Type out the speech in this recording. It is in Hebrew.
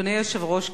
אדוני היושב-ראש,